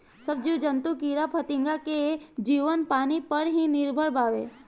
सब जीव जंतु कीड़ा फतिंगा के जीवन पानी पर ही निर्भर बावे